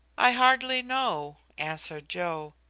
i hardly know, answered joe.